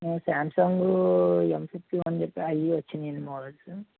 Samsung M sixty one అని చెప్పి అవి వచ్చాయండి మోడల్సు